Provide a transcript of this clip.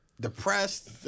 depressed